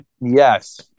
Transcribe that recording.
Yes